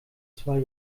zwei